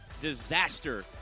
disaster